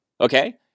okay